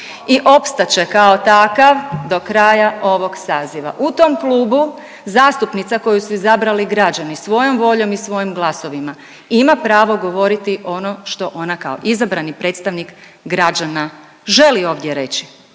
i opstat će kao takav do kraja ovog saziva. U tom klubu zastupnica koju su izabrali građani svojom voljom i svojim glasovima ima pravo govoriti ono što ona kao izabrani predstavnik građana želi ovdje reći